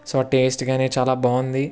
so ఆ taste కానీ చాలా బాగుంది